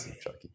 Chucky